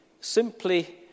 simply